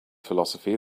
philosophy